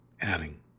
adding